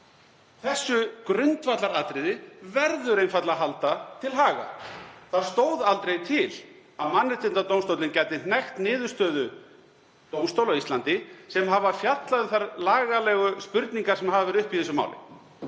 Þessu grundvallaratriði verður einfaldlega að halda til haga. Það stóð aldrei til að Mannréttindadómstóllinn gæti hnekkt niðurstöðu dómstóla á Íslandi sem fjallað hafa um þær lagalegu spurningar sem uppi hafa verið í þessu máli.